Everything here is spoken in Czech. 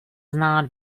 znát